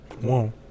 Whoa